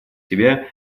себя